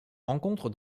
rencontre